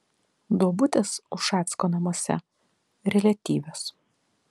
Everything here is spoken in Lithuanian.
duobutės ušacko nuomone reliatyvios